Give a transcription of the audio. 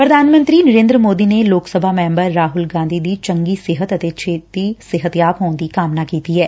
ਪ੍ਰਧਾਨ ਮੰਤਰੀ ਨਰੇਦਰ ਮੋਦੀ ਨੇ ਲੋਕ ਸਭਾ ਮੈਬਰ ਰਾਹੁਲ ਗਾਧੀ ਦੀ ਚੰਗੀ ਸਿਹਤ ਅਤੇ ਛੇਤੀ ਸਿਹਤਯਾਬ ਹੋਣ ਦੀ ਕਾਮਨਾ ਕੀਤੀ ਐ